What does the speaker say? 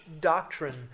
doctrine